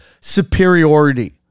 superiority